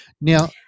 Now